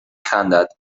خندد